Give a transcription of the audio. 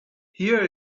here